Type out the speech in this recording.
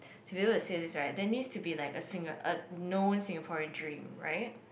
to be able to say this right there needs to be like a Singa~ a known Singaporean dream right